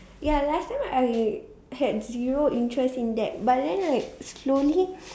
ya last time I had zero interest in that but then right slowly